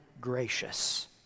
gracious